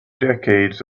decades